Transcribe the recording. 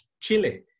Chile